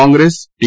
Congress T